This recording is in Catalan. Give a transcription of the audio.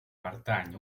pertany